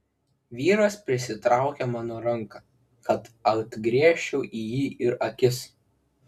vyras prisitraukė mano ranką kad atgręžčiau į jį ir akis